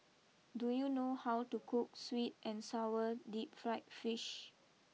do you know how to cook sweet and Sour deep Fried Fish